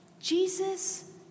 Jesus